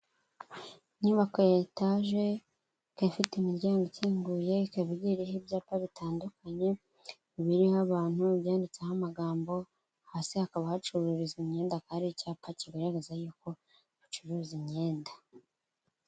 Inyubako ya etaje, ikaba ifite imiryango ikinguye, ikaba igiye iriho ibyapa bitandukanye, ibiriho abantu ibyanditseho amagambo, hasi hakaba hacururizwa imyenda hakaba hari icyapa kigaragaza yuko bacuruza imyenda.